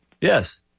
Yes